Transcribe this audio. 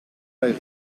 bij